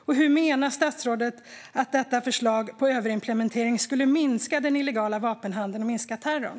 Och hur menar statsrådet att detta förslag om överimplementering skulle minska den illegala vapenhandeln och minska terrorn?